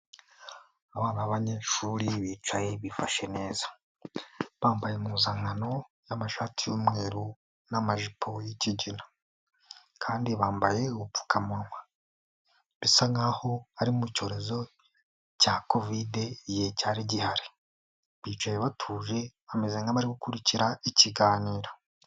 Abana b'abanyeshuri bicaye bifashe neza, bambaye impuzankano ,amashati y'umweru, n'amajipo y'ikigina, kandi bambaye ubupfukamunwa ,bisa nk'aho ari mu cyorezo cya covid igihe cyari gihari ,bicaye batuje bameze nk'abari gukurikira ikiganiro.